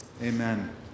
Amen